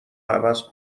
عوض